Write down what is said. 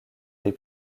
des